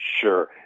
Sure